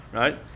right